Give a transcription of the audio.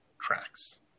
tracks